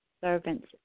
servants